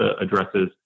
addresses